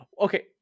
okay